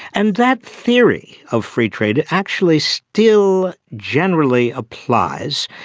and that theory of free trade actually still generally applies.